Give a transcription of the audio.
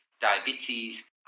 diabetes